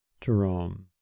Jerome